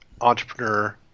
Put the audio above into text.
entrepreneur